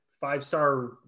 five-star